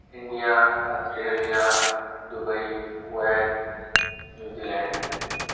India Australia Dubai Kuwait New Zealand